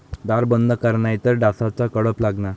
दार बंद करा नाहीतर डासांचा कळप लागणार